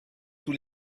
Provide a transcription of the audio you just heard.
tous